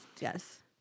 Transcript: Yes